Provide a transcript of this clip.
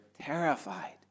terrified